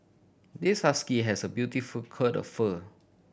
this husky has a beautiful coat of fur